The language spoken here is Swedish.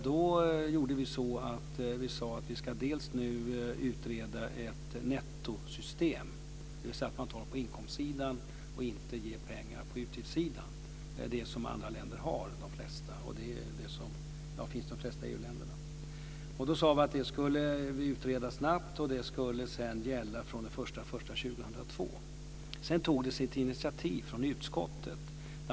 Då sade vi att vi skulle utreda ett nettosystem, dvs. att man tar på inkomstsidan och inte ger pengar på utgiftssidan, ett system som de flesta EU länder har. Detta skulle vi utreda snabbt, och det skulle sedan gälla från den 1 januari 2002. Sedan togs det ett initiativ från utskottet.